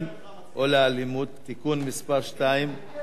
או אלימות (תיקון מס' 2). בבקשה.